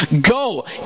Go